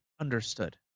understood